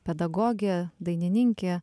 pedagogė dainininkė